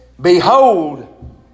Behold